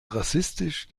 rassistisch